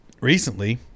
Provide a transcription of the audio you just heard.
Recently